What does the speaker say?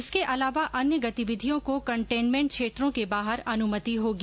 इसके अलावा अन्य गतिविधियों को कन्टेंटमेंट क्षेत्रों के बाहर अनुमति होगी